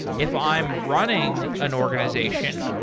if i'm running an organization,